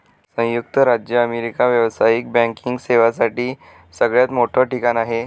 संयुक्त राज्य अमेरिका व्यावसायिक बँकिंग सेवांसाठी सगळ्यात मोठं ठिकाण आहे